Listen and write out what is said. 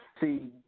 See